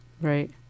Right